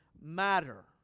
matter